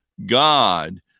God